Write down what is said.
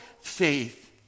faith